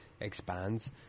expands